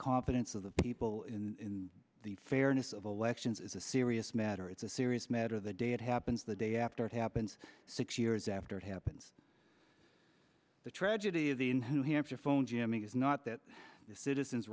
confidence of the people in the fairness of elections is a serious matter it's a serious matter the day it happens the day after it happens six years after it happens the tragedy of the in who hampshire phone jamming is not that the citizens